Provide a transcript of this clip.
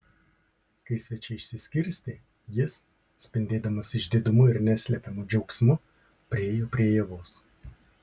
kai svečiai išsiskirstė jis spindėdamas išdidumu ir neslepiamu džiaugsmu priėjo prie ievos